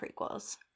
prequels